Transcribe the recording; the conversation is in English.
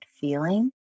feeling